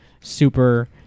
super